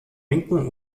linken